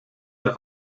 der